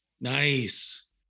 Nice